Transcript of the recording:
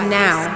now